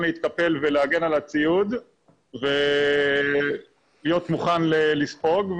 להתקפל ולהגן על הציוד ולהיות מוכן לספוג.